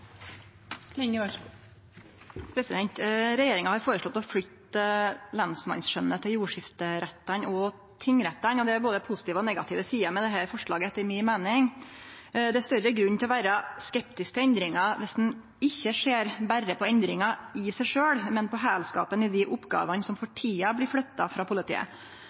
Det er både positive og negative sider med dette forslaget, etter mi meining. Det er større grunn til å vere skeptisk til endringa viss ein ikkje ser berre på endringa i seg sjølv, men på heilskapen i dei oppgåvene som for tida blir flytta frå politiet.